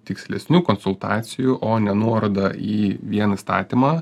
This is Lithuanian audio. tikslesnių konsultacijų o ne nuorodą į vien įstatymą